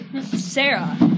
Sarah